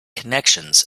connections